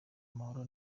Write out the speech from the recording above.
amahoro